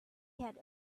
had